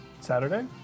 Saturday